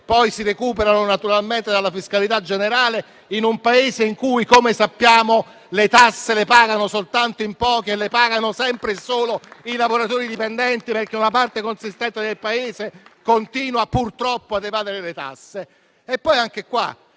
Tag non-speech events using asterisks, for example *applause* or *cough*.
si recuperano naturalmente dalla fiscalità generale, in un Paese in cui, come sappiamo, le tasse le pagano soltanto in pochi *applause* e le pagano sempre e solo i lavoratori dipendenti, perché una parte consistente del Paese continua purtroppo ad evadere. Anche